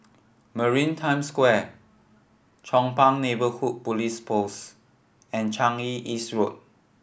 Maritime Square Chong Pang Neighbourhood Police Post and Changi East Road